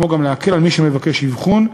וגם להקל על מי שמבקש אבחון,